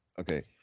Okay